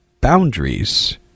boundaries